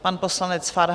Pan poslanec Farhan.